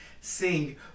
sing